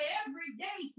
everyday